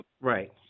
Right